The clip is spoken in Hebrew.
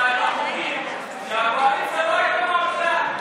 חוקית שהקואליציה לא הייתה עושה,